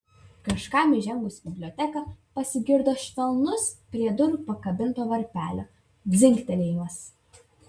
kažkam įžengus į biblioteką pasigirdo švelnus prie durų pakabinto varpelio dzingtelėjimas